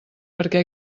perquè